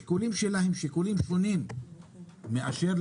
השיקולים שלה הם שיקולים שונים מאלו של